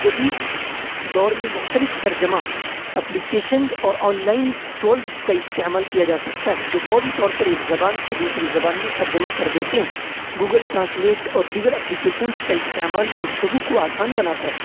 جدید دور میں مختلف ترجمہ ایپلیکیشنز اور آن لائن ٹولز کا استعمال کیا جا سکتا ہے جو فوری طور پر ایک زبان سے دوسری زبان میں ترجمہ کر دیتے ہیں گوگل ٹرانسلیٹ اور دیگر ایپلیکیشنز کا استعمال گفتگو کو آسان بناتا ہے